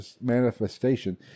manifestation